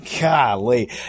Golly